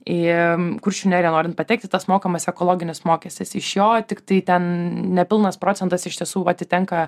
į kuršių neriją norint patekti tas mokamas ekologinis mokestis iš jo tiktai ten nepilnas procentas iš tiesų atitenka